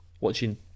watching